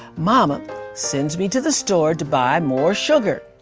mama sends me to the store to buy more sugar.